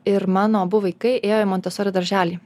ir mano abu vaikai ėjo į montesori darželį